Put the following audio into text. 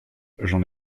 j’en